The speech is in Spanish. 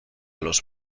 los